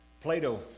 Plato